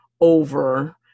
over